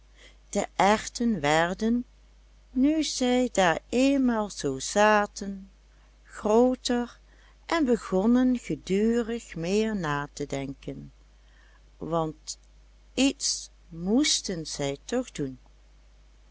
de erwten werden nu zij daar eenmaal zoo zaten grooter en begonnen gedurig meer na te denken want iets moesten zij toch doen